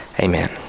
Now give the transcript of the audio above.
Amen